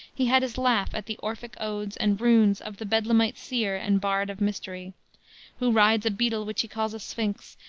he had his laugh at the orphic odes and runes of the bedlamite seer and bard of mystery who rides a beetle which he calls a sphinx,